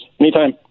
Anytime